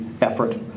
effort